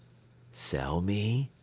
sell me,